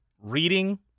reading